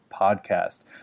podcast